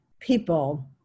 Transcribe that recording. people